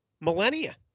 millennia